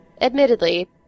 Admittedly